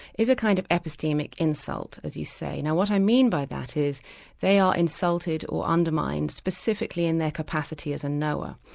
is a kind of epistemic insult, as you say. now what i mean by that is they are insulted or undermined specifically in their capacity as a knower,